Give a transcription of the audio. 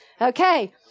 Okay